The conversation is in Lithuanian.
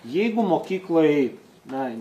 jeigu mokykloj na